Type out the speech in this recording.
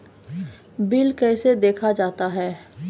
Bill कैसे देखा जाता हैं?